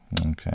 Okay